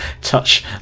touch